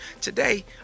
Today